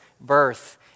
birth